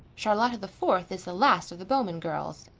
charlotta the fourth is the last of the bowman girls,